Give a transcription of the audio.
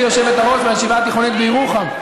היושבת-ראש מהישיבה התיכונית בירוחם,